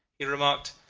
he remarked,